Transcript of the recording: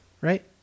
right